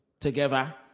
together